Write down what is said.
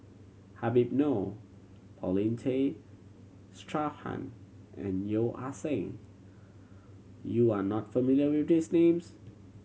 Habib Noh Paulin Tay Straughan and Yeo Ah Seng you are not familiar with these names